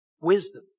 wisdom